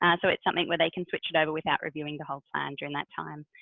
and so it's something where they can switch it over without reviewing the whole plan during that time.